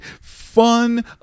fun